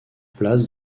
place